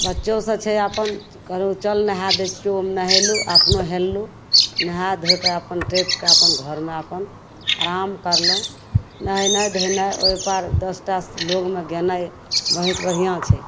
बच्चोसब छै अपन कहलहुॅं चल नहाए दै छियौ हम नहैलू अपनो हेललहुॅं नहा धोइके अपन टैपिके अपन घरमे आराम कयलहुॅं नहैनाइ धोनाइ ओहिपार दसटा लोगमे गेनाइ बहुत बढ़िऑं छै